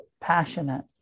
passionate